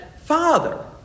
Father